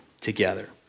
together